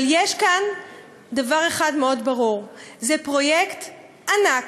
אבל יש כאן דבר אחד מאוד ברור: זה פרויקט ענק,